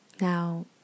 Now